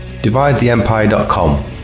DivideTheEmpire.com